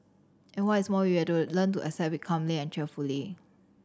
and what is more we have to learn to accept it calmly and cheerfully